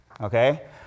Okay